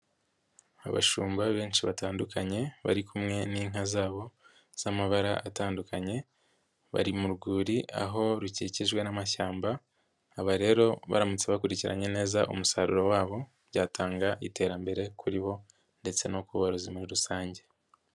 Abashumba benshi batandukanye, bari kumwe n'inka zabo z'amabara atandukanye, bari mu rwuri aho rukikijwe n'amashyamba, aba rero baramutse bakurikiranye neza umusaruro wabo, byatanga iterambere kuri bo ndetse no ku borozi muri rusange.